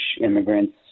immigrants